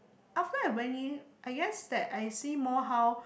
after I went in I guess that I see more how